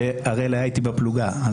והראל היה איתי בפלוגה.